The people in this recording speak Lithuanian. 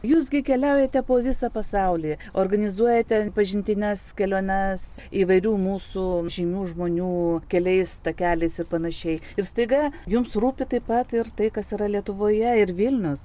jūs gi keliaujate po visą pasaulį organizuojate pažintines keliones įvairių mūsų žymių žmonių keliais takeliais ir panašiai ir staiga jums rūpi taip pat ir tai kas yra lietuvoje ir vilnius